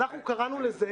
אנחנו קראנו לזה: